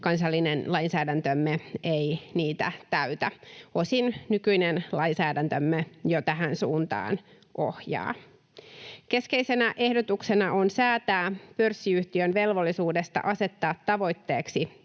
kansallinen lainsäädäntömme ei niitä täytä. Osin nykyinen lainsäädäntömme jo tähän suuntaan ohjaa. Keskeisenä ehdotuksena on säätää pörssiyhtiön velvollisuudesta asettaa tavoitteeksi